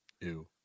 ew